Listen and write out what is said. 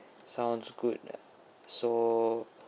sounds good ah so